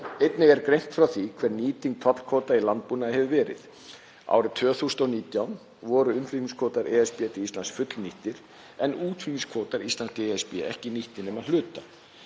er greint frá því hver nýting tollkvóta í landbúnaði hefur verið. Árið 2019 voru innflutningskvótar ESB til Íslands fullnýttir en útflutningskvótar Íslands til ESB ekki nýttir nema að hluta.